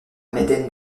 maiden